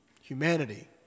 humanity